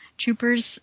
Troopers